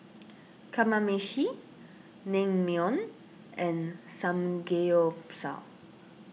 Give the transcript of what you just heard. Kamameshi Naengmyeon and Samgeyopsal